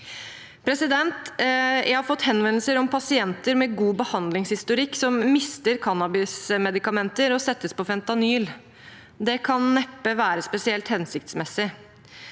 cannabis. Jeg har fått henvendelser om pasienter med god behandlingshistorikk som mister cannabismedikamenter og settes på Fentanyl. Det kan neppe være spesielt hensiktsmessig.